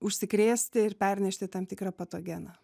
užsikrėsti ir pernešti tam tikrą patogeną